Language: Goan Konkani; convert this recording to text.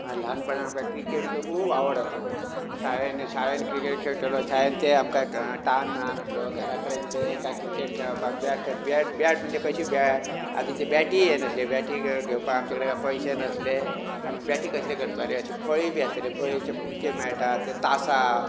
आं ल्हानपणांत आमकां क्रिकेटीचो खूब आवड आसलो शाळेंन शाळेंन क्रिकेट खेळटालो शाळेंन ते आमकां टायम मेळनासलो घरा कडेन येले की काय क्रिकेट खेळपाक बॅट बॅट बॅट म्हणजे कशी बॅट आदी ते बॅटीय येनासले बॅटीय घे घेवपा आमचे कडेन कांय पयशे नासले आमी बॅटी कसले करताले अशी फळी बीन आसताली फळयेचे कुडके मेळटाले ते तांसप